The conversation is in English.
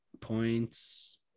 points